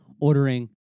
ordering